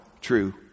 true